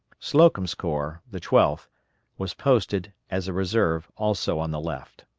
slocum's corps the twelfth was posted, as a reserve, also on the left.